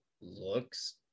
Looks